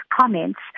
comments